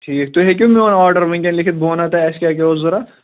ٹھیٖک تُہۍ ہیٚکِو میون آرڈر وٕنۍ کٮ۪ن لیٚکِتھ بہٕ وَنو تۄہہِ اَسہِ کیٛاہ کیٛاہ اوس ضوٚرَتھ